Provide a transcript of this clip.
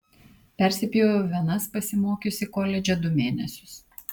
persipjoviau venas pasimokiusi koledže du mėnesius